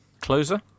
Closer